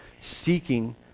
seeking